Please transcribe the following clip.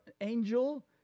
angel